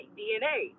dna